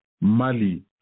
Mali